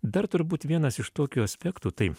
dar turbūt vienas iš tokių aspektų tai